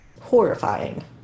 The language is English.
horrifying